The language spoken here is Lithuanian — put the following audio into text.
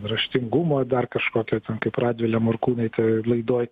raštingumo dar kažkokio ten kaip pradeda la morkūnaitė laidoj